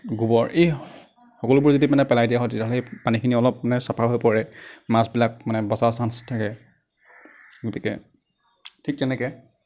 গোবৰ এই সকলোবোৰ যদি মানে পেলাই দিয়া হয় তেতিয়াহ'লে এই পানীখিনি অলপ মানে চাফা হৈ পৰে মাছবিলাক মানে বচাৰ চাঞ্চ থাকে গতিকে ঠিক তেনেকৈ